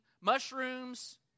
mushrooms